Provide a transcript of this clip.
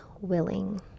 willing